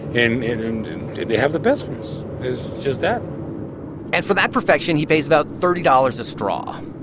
and and and they they have the best ones. it's just that and for that perfection, he pays about thirty dollars a straw.